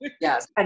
yes